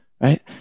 right